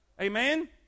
Amen